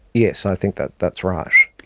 yes, i think that that's right.